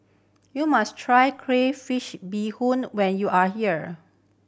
you must try crayfish beehoon when you are here